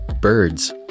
Birds